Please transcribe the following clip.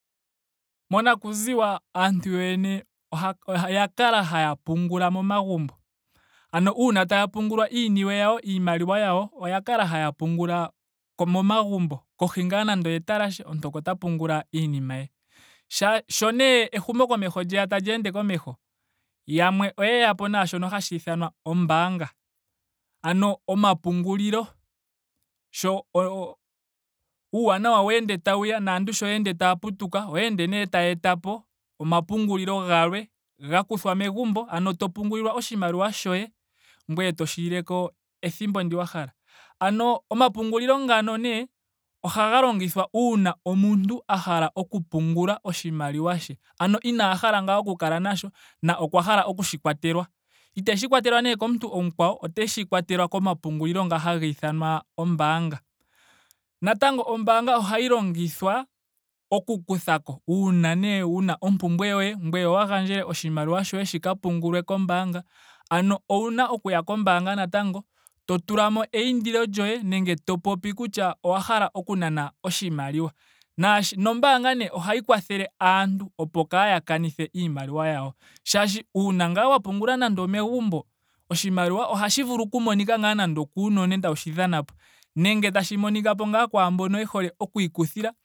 Monakuziwa aantu yoyene ohaa oya kala haya pungula momagumbo. Ano uuna taya pungula iiniwe yawo. iimaliwa yawo. oya kala haya pungula ko- momagumbo kohi ngaa nando oyetalashe omuntu oko ta pungula iinima ye sha- sho nee ehumukomeho lyeya tali ende komeho yamwe oyeyapo naashono hashi ithanwa kutya ombaanga. Ano omapungulilo. sho- o- uuwanawa weende tawuya naantu sho ya ende taya putuka oyeende nee taya etapo omapungulilo galwe ga kuthwa megumbo. ano to pungulilwa oshimaliwa shoye. ngweye to shi ileko ethimbo ndi wa hala. Ano omapungulilo ngano nee ohaga longithwa uuna omuntu a hala oku pungula oshimaliwa oshimaliwa she. ano inaa hala ngaa oku kala nasho. na okwa hala okushi kwatelwa. ieshi kwatelwa nee komuntu omukwawo oteshi kwatelwa komapungulilo ngo haga ithanwa ombaanga. Natango ombaanga ohayi longithwa oku kuthako. uuna nee wuna ompumbwe yoye. ngweye owa gandjele oshimaliwa shoye shi ka pungulwe kombaanga. ano owuna okuya kombaanga natango. to tulamo eindilo lyoye nenge to popi kutya owa hala oku nana oshimaliwa. Naashi nombaanga nee ohayi kwathele aantu opo kaaya kanithe iimaliwa yawo. Shaashi uuna ngaa wa pungula nando omegumbo. oshimaliwa ohashi vulu oku monika ngaa nande okuunona etawu shi dhanapo. nenge tashi monikapo ngaa kwaambono ye hole oku ikuthila